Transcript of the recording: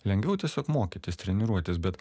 lengviau tiesiog mokytis treniruotis bet